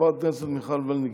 חברת הכנסת וולדיגר.